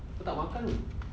kau tak makan ke